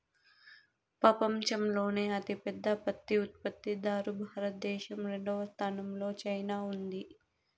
పపంచంలోనే అతి పెద్ద పత్తి ఉత్పత్తి దారు భారత దేశం, రెండవ స్థానం లో చైనా ఉంది